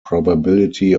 probability